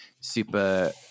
super